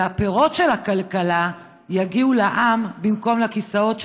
והפירות של הכלכלה יגיעו לעם במקום לכיסאות,